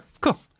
cool